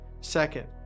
Second